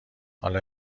حالا